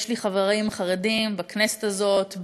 יש לי חברים חרדים בכנסת הזאת,